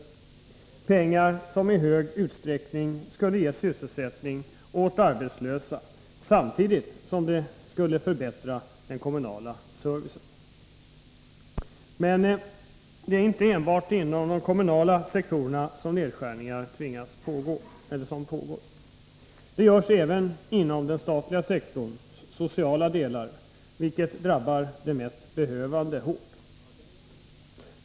Det är pengar som i stor utsträckning skulle ge sysselsättning åt arbetslösa, samtidigt som detta skulle förbättra den kommunala servicen. Men det är inte enbart inom de kommunala sektorerna som nedskärningar pågår. Sådana görs även inom den statliga sektorns sociala delar, vilket drabbar de mest behövande hårt.